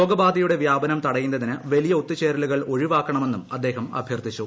രോഗബാധയുടെ വ്യാപനം തടയുന്നതിന് വലിയ ഒത്തുചേരലുകൾ ഒഴിവാക്കണമെന്നും അദ്ദേഹം അഭ്യർത്ഥിച്ചു